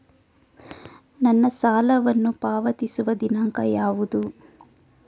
ನನ್ನ ಸಾಲವನ್ನು ಪಾವತಿಸುವ ದಿನಾಂಕ ಯಾವುದು?